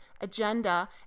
agenda